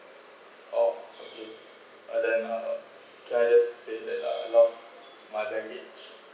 oh okay uh then I just said that I lost my baggage